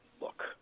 look